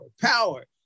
power